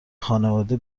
خانواده